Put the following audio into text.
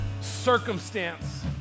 circumstance